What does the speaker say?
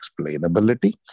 explainability